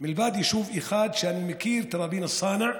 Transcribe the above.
מלבד יישוב אחד שאני מכיר, תראבין א-צאנע,